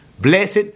Blessed